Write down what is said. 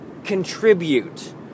contribute